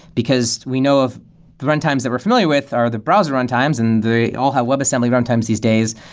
because we know of the runtimes that we're familiar with are the browser runtimes and they all have webassembly runtimes these days,